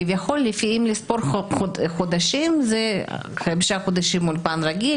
כביכול אם לספור חודשים זה חמישה חודשים אולפן רגיל,